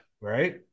Right